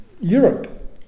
Europe